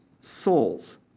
souls